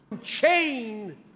Chain